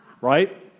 right